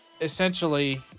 essentially